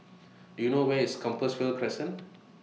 Do YOU know Where IS Compassvale Crescent